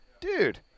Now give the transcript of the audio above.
Dude